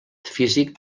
físic